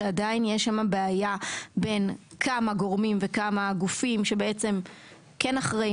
כשעדיין יש שם בעיה בין כמה גורמים וכמה גופים שבעצם כן אחראים